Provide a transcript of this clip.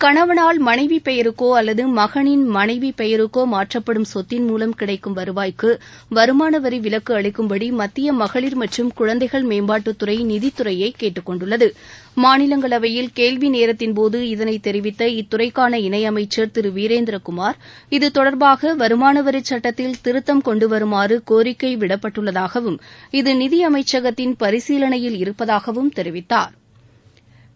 கணவனால் மனைவி பெயருக்கோ அல்லது மகனின் மனைவி பெயருக்கோ மாற்றப்படும் சொத்தின் மூலம் கிடைக்கும் வருவாய்க்கு வருமான வரி விலக்கு அளிக்கும்படி மத்திய மகளிர் மற்றும் குழந்தைள் மேம்பாட்டுத்துறை நிதித்துறையை கேட்டுக் கொண்டுள்ளது மாநிலங்களவையில் கேள்வி நேரத்தின்போது இதனைத் தெரிவித்த இத்துறைக்காள இணை அமைச்சா் திரு வீரேந்திரகுமார் இது தொடர்பாக வருமான வரிச்சட்டத்தில் திருத்தம் கொண்டு வருமாறு கோரிக்கை விடப்பட்டுள்ளதாகவும் இது நிதி அமைச்சகத்தின் பரிசீலனையில் இருப்பதாகவும் தெரிவித்தாா்